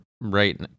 right